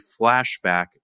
flashback